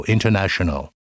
International